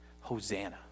Hosanna